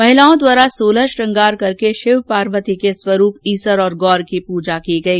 महिलाओं द्वारां सोलह श्रंगार करके शिव पार्वती के स्वरूप ईसर और गौर की पूजा की गई